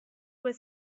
were